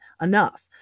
enough